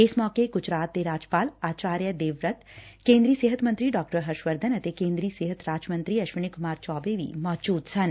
ਇਸ ਮੌਕੇ ਗੁਜਰਾਤ ਦੇ ਰਾਜਪਾਲ ਆਚਾਰਿਆ ਦੇਵਵੁਤ ਕੇਂਦਰੀ ਸਿਹਤ ਮੰਤਰੀ ਡਾ ਹਰਸ਼ ਵਰਧਨ ਅਤੇ ਕੇ ਦਰੀ ਸਿਹਤ ਰਾਜ ਮੰਤਰੀ ਅਸ਼ਵਨੀ ਕੁਮਾਰ ਚੌਬੇ ਵੀ ਮੁਜੂਦ ਸਨ